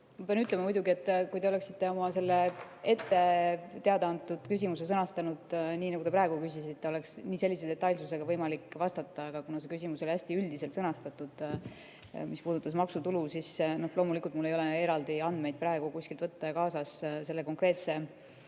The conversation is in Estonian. ütlema, et kui te oleksite oma selle ette teada antud küsimuse sõnastanud nii, nagu te praegu küsisite, oleks sellise detailsusega võimalik vastata, aga kuna küsimus oli sõnastatud väga üldiselt, mis puudutas maksutulu, siis loomulikult mul ei ole praegu eraldi andmeid kuskilt võtta ja kaasas selle konkreetse